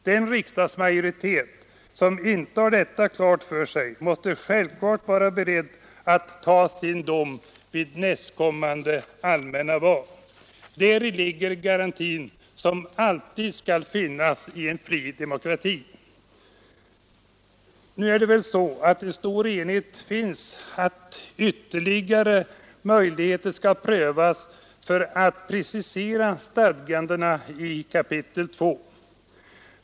Den riksdagsmajoritet som inte har detta klart för sig måste givetvis vara beredd att ta sin dom vid nästkommande allmänna val. Däri ligger den garanti som alltid skall finnas i en fri demokrati. Nu råder det ändock stor enighet om önskvärdheten av att ytterligare kunna precisera stadgandena i kap. 2.